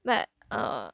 but uh